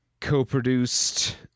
co-produced